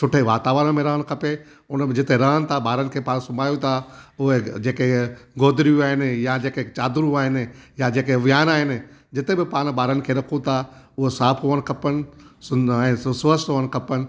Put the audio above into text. सुठे वातावराण में रहणु खपे उते जिते रहूं था ॿारनि खे पाण सुम्हारियूं था उहे जेके इहे गोदड़ियूं आहिनि या जेके चादरूं आहिनि या जेके विहाणा आहिनि जिते बि पाण ॿारनि खे रखूं था उहे साफ़ु हुअणु खपनि सुं ऐं स्वच्छ हुअणु खपनि